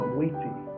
waiting